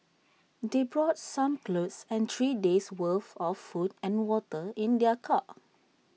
they brought some clothes and three days'worth of food and water in their car